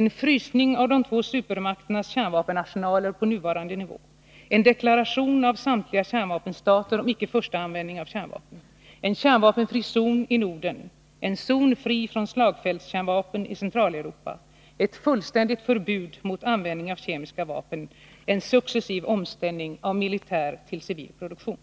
en frysning av de två supermakternas kärnvapenarsenaler på nuvarande nivå, en successiv omställning av militär till civil produktion.